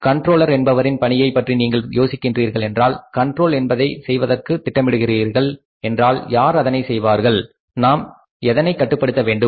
controller என்பவரின் பணியை பற்றி நீங்கள் யோசிக்கிறீர்கள் என்றாள் கண்ட்ரோல் என்பதை செய்வதற்கு திட்டமிடுகிறீர்கள் என்றால் யார் அதனை செய்வார் நாம் எதனை கட்டுப்படுத்தவேண்டும்